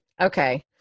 Okay